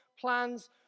plans